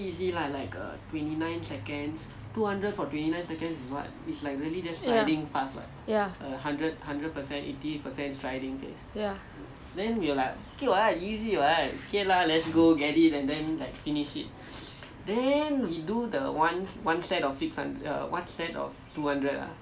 ya ya